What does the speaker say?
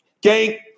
Gang